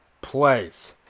place